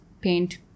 paint